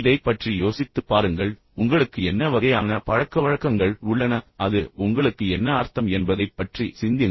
இதைப் பற்றி யோசித்துப் பாருங்கள் உங்களுக்கு என்ன வகையான பழக்கவழக்கங்கள் உள்ளன அது உங்களுக்கு என்ன அர்த்தம் என்பதைப் பற்றி சிந்தியுங்கள்